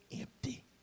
empty